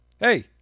Hey